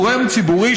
גורם ציבורי,